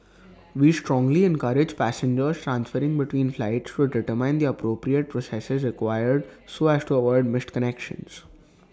we strongly encourage passengers transferring between flights to determine the appropriate processes required so as to avoid missed connections